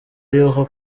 yuko